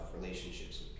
relationships